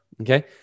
Okay